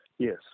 Yes